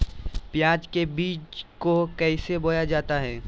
प्याज के बीज को कैसे बोया जाता है?